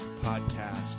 Podcast